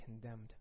condemned